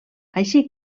així